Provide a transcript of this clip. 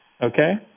Okay